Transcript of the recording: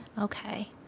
Okay